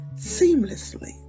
seamlessly